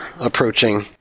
approaching